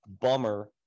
bummer